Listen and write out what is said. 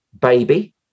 baby